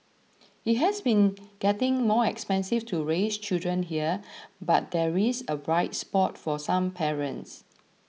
it has been getting more expensive to raise children here but there is a bright spot for some parents